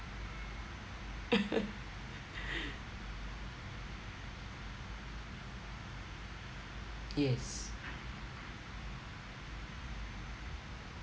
yes